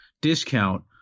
discount